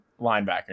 linebacker